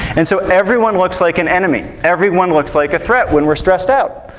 and so everyone looks like an enemy, everyone looks like a threat when we're stressed out.